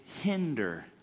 hinder